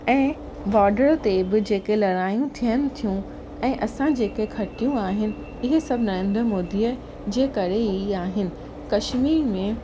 ऐं बॉडर ते बि जेके लड़ाईयूं थियनि थियूं ऐं असां जेके खटियूं आहिनि इहे सभु नरेंद्र मोदीअ जे करे ई आहिनि कश्मीर में